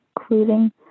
including